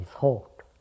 thought